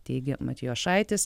teigė matijošaitis